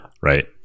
right